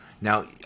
Now